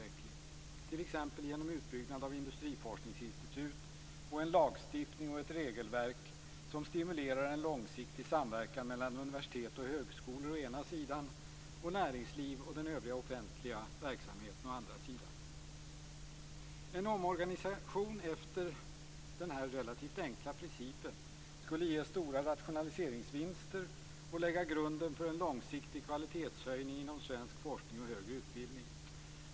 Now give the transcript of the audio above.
Det kan ske t.ex. genom utbyggnad av industriforskningsinstitut och en lagstiftning och ett regelverk som stimulerar en långsiktig samverkan mellan universitet och högskolor å ena sidan och näringsliv och den övriga offentliga verksamheten å andra sidan. En omorganisation efter denna relativt enkla princip skulle ge stora rationaliseringsvinster och lägga grunden för en långsiktig kvalitetshöjning inom svensk forskning och högre utbildning.